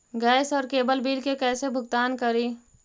Gas और cable bill के कैसे भुगतान करी?